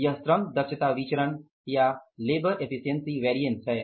यह श्रम दक्षता विचरण या LEV है